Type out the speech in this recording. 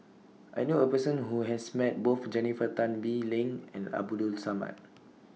I knew A Person Who has Met Both Jennifer Tan Bee Leng and Abdul Samad